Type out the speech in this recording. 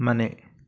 ಮನೆ